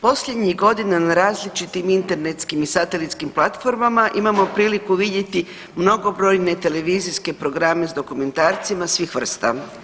Posljednjih godina na različitim internetskim i satelitskim platformama imamo priliku vidjeti mnogobrojne televizijske programe sa dokumentarcima svih vrsta.